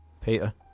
Peter